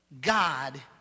God